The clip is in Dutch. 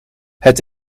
het